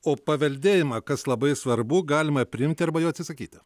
o paveldėjimą kas labai svarbu galima priimti arba jo atsisakyti